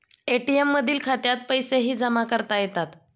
ATM मधील खात्यात पैसेही जमा करता येतात